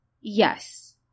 yes